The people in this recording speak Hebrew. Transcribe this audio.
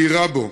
הוא יירה בו.